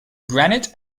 granite